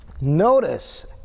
Notice